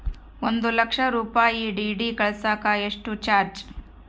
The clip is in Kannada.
ಒಂದು ಲಕ್ಷ ರೂಪಾಯಿ ಡಿ.ಡಿ ಕಳಸಾಕ ಎಷ್ಟು ಚಾರ್ಜ್?